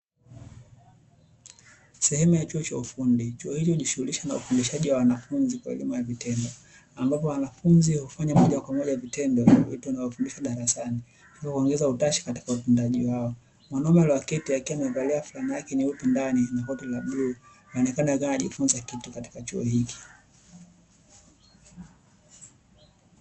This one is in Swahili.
Sehemu ya chuo cha ufundi, chuo hicho hujishughulisha na ufundishaji wa wanafunzi kwa elimu ya vitendo. Ambapo wanafunzi hufanya moja kwa moja vitendo vya vitu wanavyofundishwa darasani. Hivyo kuongeza utashi katika utendaji wao. Mwanaume aliyeketi akiwa amevalia flana yake nyeupe ndani na koti la bluu anaonekana akiwa anajifunza kitu katika chuo hiki.